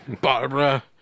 Barbara